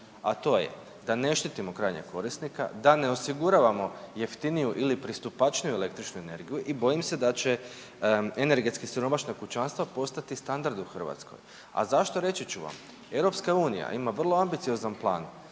a to je da ne štitimo krajnjeg korisnika, da ne osiguravamo jeftiniju ili pristupačniju električnu energiju i bojim se da će energetski siromašna kućanstva postati standard u Hrvatskoj. A zašto reći ću vam, EU ima vrlo ambiciozan plan